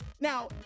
Now